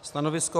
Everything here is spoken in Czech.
Stanovisko?